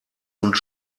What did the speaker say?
und